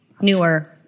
newer